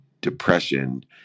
depression